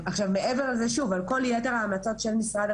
עכשיו מעבר לזה שוב, על כל יתר ההמלצות שניתנו